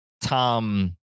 Tom